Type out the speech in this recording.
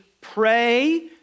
pray